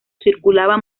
circulaba